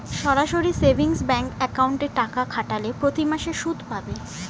সরাসরি savings bank অ্যাকাউন্টে টাকা খাটালে প্রতিমাসে সুদ পাবে